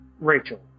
Rachel